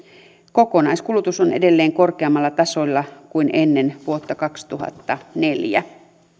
kokonaiskulutus on edelleen korkeammalla tasolla kuin ennen vuotta kaksituhattaneljä